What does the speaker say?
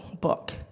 book